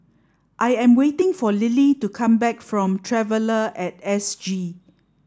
I am waiting for Lily to come back from Traveller at S G